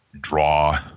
draw